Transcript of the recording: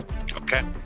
Okay